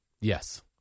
Yes